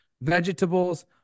Vegetables